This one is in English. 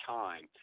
time